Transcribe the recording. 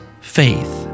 faith